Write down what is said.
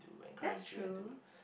that's true